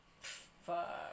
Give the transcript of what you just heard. fuck